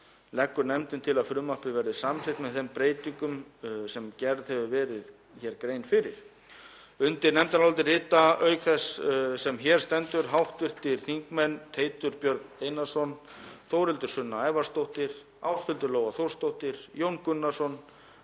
leggur nefndin til að frumvarpið verði samþykkt með þeim breytingum sem hér hefur verið gerð grein fyrir. Undir nefndarálitið rita, auk þess sem hér stendur, hv. þingmenn Teitur Björn Einarsson, Þórhildur Sunna Ævarsdóttir, Ásthildur Lóa Þórsdóttir, Jón Gunnarsson,